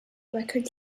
record